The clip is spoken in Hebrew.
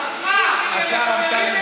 השר אמסלם,